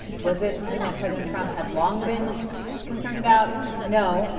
was it something that president trump had long been concerned about? no.